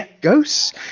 Ghosts